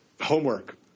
Homework